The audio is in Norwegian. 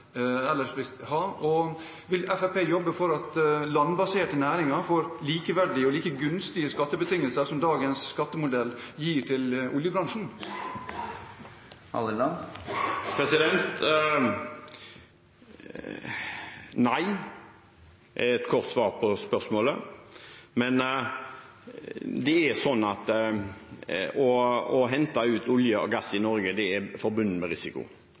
Og vil Fremskrittspartiet jobbe for at landbaserte næringer får likeverdige og like gunstige skattebetingelser som dagens skattemodell gir til oljebransjen? Nei er et godt svar på spørsmålet. Å hente ut olje og gass i Norge er forbundet med risiko.